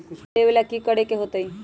Loan लेवेला की करेके होतई?